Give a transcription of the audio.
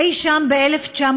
אי שם ב-1990,